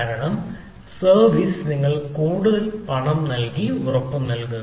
കാരണം സർവീസ് നിങ്ങൾ കൂടുതൽ പണം ഉറപ്പ് നൽകുന്നു